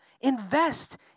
Invest